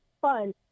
fun